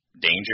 danger